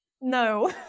No